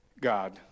God